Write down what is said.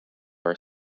are